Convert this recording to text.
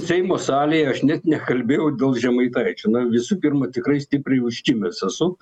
seimo salėje aš net nekalbėjau dėl žemaitaičio na visų pirma tikrai stipriai užkimęs esu